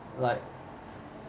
like